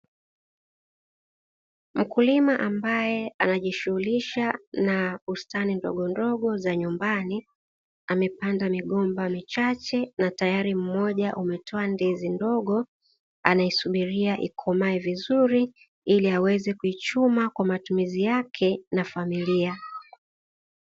Mkulima ambaye anajishughulisha na bustani ndogondogo za nyumbani amepanda migomba michache na tayari mmoja umetoa ndizi ndogo, anaisubiria ikomae vizuri ili aweze kuichuma kwa matumizi yake na familia.